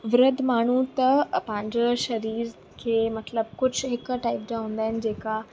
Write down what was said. वृद्ध माण्हू त पंहिंजो शरीर खे मतिलबु कुझु हिकु टाइप जा हूंदा आहिनि जेका